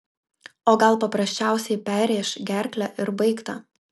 o gal paprasčiausiai perrėš gerklę ir baigta